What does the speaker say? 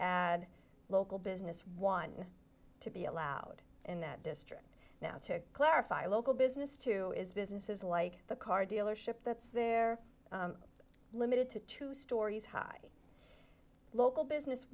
add local business one to be allowed in that district now to clarify local business too is businesses like the car dealership that's there limited to two stories high local business